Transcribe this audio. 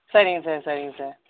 சரிங்க சார் சரிங்க சார்